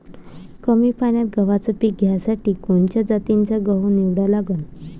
कमी पान्यात गव्हाचं पीक घ्यासाठी कोनच्या जातीचा गहू निवडा लागन?